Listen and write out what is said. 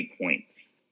points